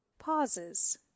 Pauses